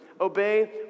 Obey